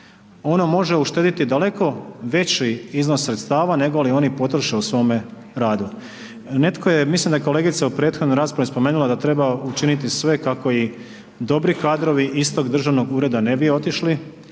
ono može uštedjeti daleko veći iznos sredstava nego li oni potroše u svome radu. Netko je, mislim da je kolega u prethodnoj raspravi spomenula da treba učiniti sve kako i dobri kadrovi istog državnog ureda ne bi otišli